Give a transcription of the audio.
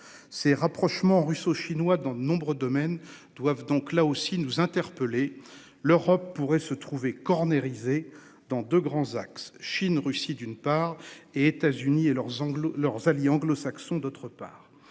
ces rapprochement russo-chinois dans de nombreux domaines doivent donc là aussi nous interpeller l'Europe pourrait se trouver cornérisé dans de grands axes, Chine, Russie, d'une part et États-Unis et leurs angles leurs alliés anglo-d'autre part,